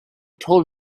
told